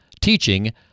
teaching